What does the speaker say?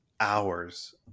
hours